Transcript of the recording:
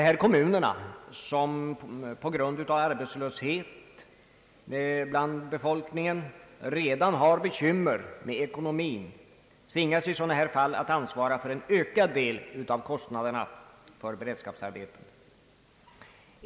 Kommuner, som på grund av arbetslöshet bland befolkningen redan har bekymmer med ekonomin, tvingas i sådana här fall att ansvara för en ökad del av kostnaderna för beredskapsarbeten.